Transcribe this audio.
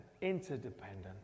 interdependent